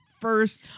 first